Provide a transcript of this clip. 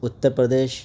Uttar Pradesh